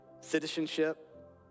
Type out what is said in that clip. citizenship